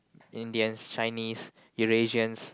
Indians Chinese Eurasians